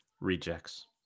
Rejects